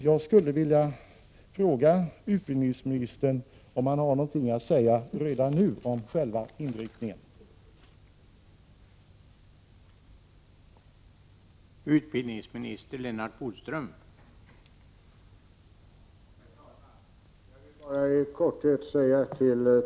Jag skulle vilja fråga utbildningsministern om han redan nu har någonting att säga om själva inriktningen på utredningen.